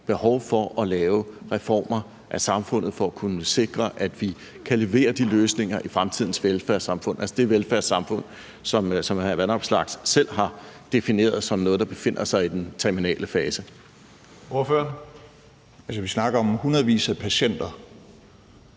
behov for at lave reformer af samfundet for at kunne sikre, at vi kan levere de løsninger i fremtidens velfærdssamfund, altså det velfærdssamfund, som hr. Alex Vanopslagh selv har defineret som noget, der befinder sig i den terminale fase? Kl. 15:35 Tredje næstformand (Karsten